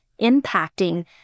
impacting